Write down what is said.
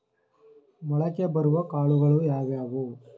ಮೊಳಕೆ ಬರುವ ಕಾಳುಗಳು ಯಾವುವು?